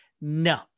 no